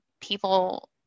people